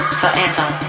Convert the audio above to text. forever